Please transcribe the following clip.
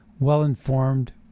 well-informed